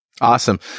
Awesome